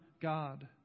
God